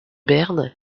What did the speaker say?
berne